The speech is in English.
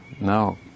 No